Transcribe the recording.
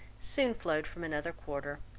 soon flowed from another quarter.